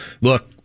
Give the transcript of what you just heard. Look